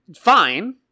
fine